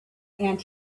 and